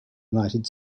united